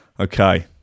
Okay